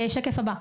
שקף הבא.